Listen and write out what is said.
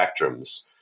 spectrums